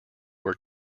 were